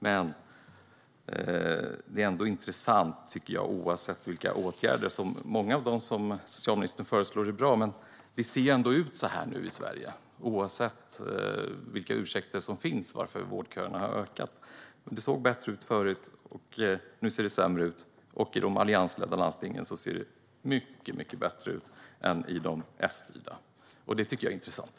Många av de åtgärder som socialministern föreslår är bra, men det är ändå så här det ser ut nu i Sverige, oavsett vilka ursäkter som finns i fråga om att vårdköerna har ökat. Det såg bättre ut förut. Nu ser det sämre ut. Och i de alliansledda landstingen ser det mycket bättre ut än i de Sstyrda. Det tycker jag är intressant.